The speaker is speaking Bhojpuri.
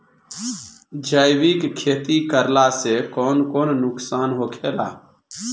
जैविक खेती करला से कौन कौन नुकसान होखेला?